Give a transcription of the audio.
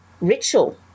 ritual